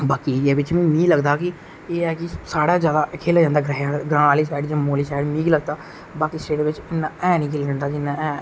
बाकी ऐरिये बिच बी मी लगदा